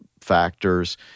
factors